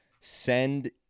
send